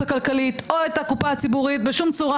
הכלכלית או את הקופה הציבורית - בשום צורה.